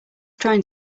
trying